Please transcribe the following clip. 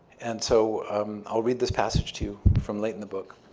and so i'll read this passage to you from late in the book